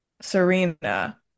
Serena